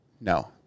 No